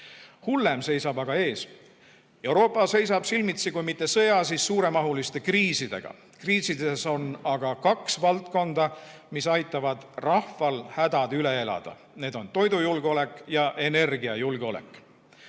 Hullem seisab aga ees. Euroopa seisab silmitsi kui mitte sõja, siis suuremahuliste kriisidega. Kriisides on aga kaks valdkonda, mis aitavad rahval hädad üle elada: need on toidujulgeolek ja energiajulgeolek.